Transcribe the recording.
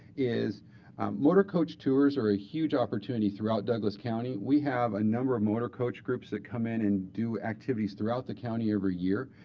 is motor coach tours are a huge opportunity throughout douglas county. we have a number of motor coach groups that come in and do activities throughout the county every year.